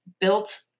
built